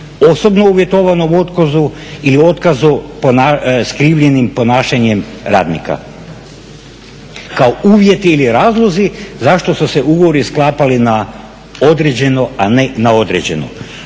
osobno uvjetovanom otkazu ili otkazu skrivljenim ponašanjem radnika. Kao uvjeti ili razlozi zašto su se ugovori sklapali na određeno a ne na neodređeno.